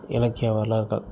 இலக்கிய வரலாறுகள்